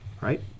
right